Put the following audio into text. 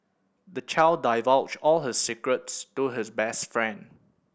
the child divulged all his secrets to his best friend